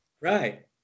Right